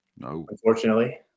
unfortunately